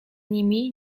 nimi